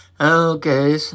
Okay